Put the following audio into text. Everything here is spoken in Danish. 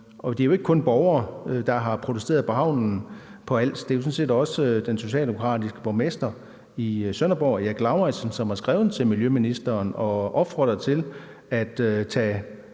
og det er jo ikke kun borgere, der har protesteret på havnen på Als. Det er jo sådan set også den socialdemokratiske borgmester i Sønderborg, Erik Lauritzen, som har skrevet til miljøministeren og opfordret til at tage